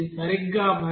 ఇది సరిగ్గా 0